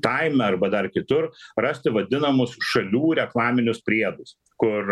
taime arba dar kitur rasti vadinamus šalių reklaminius priedus kur